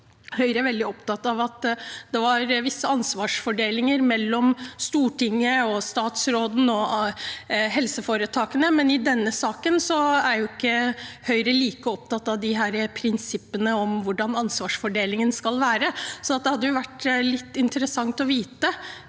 Høyre veldig opptatt av at det var visse ansvarsfordelinger mellom Stortinget og statsråden og helseforetakene, men i denne saken er ikke Høyre like opptatt av disse prinsippene om hvordan ansvarsfordelingen skal være. Det hadde vært litt interessant å vite